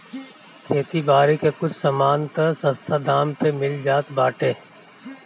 खेती बारी के कुछ सामान तअ सस्ता दाम पे मिल जात बाटे